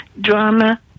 drama